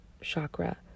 chakra